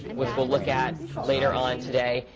which we'll look at later on today.